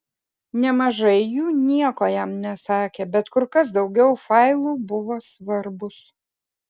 nemažai jų nieko jam nesakė bet kur kas daugiau failų buvo svarbūs